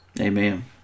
Amen